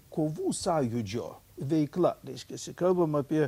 kovų sąjūdžio veikla reiškiasi kalbam apie